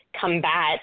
combat